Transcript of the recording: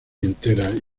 enteras